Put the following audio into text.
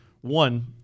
one